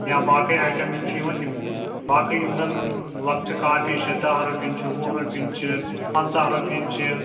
یا باقٕے آیٹَم یِم چھِ یِوان دِمو باقٕے یِم زَن لۄکچہِ کاپی چھِ دَہ رۄپِنۍ چھِ وُہ رۄپِنۍ چھِ پَنژاہ رۄپِنۍ چھِ